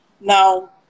Now